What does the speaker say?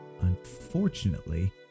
unfortunately